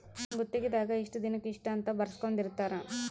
ಗುತ್ತಿಗೆ ದಾಗ ಇಷ್ಟ ದಿನಕ ಇಷ್ಟ ಅಂತ ಬರ್ಸ್ಕೊಂದಿರ್ತರ